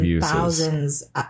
thousands